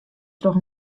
troch